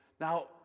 Now